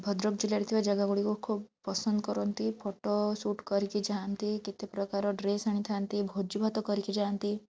ଭଦ୍ରକ ଜିଲ୍ଲାରେ ଥିବା ଜାଗାଗୁଡ଼ିକ ଖୁବ୍ ପସନ୍ଦ କରନ୍ତି ଫଟୋ ଶୁଟ୍ କରିକି ଯାଆନ୍ତି କେତେ ପ୍ରକାର ଡ୍ରେସ୍ ଆଣିଥାନ୍ତି ଭୋଜିଭାତ କରିକି ଯାଆନ୍ତି